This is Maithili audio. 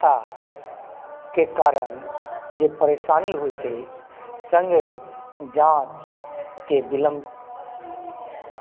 लम्बा कतार के कारण जे परेशानी होयत अछि संगे जाँचके विलम्ब